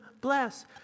bless